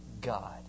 God